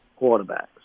quarterbacks